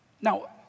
Now